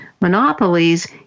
monopolies